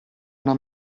una